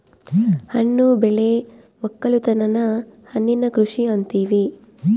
ಹಣ್ಣು ಬೆಳೆ ವಕ್ಕಲುತನನ ಹಣ್ಣಿನ ಕೃಷಿ ಅಂತಿವಿ